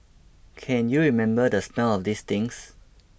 can you remember the smell of these things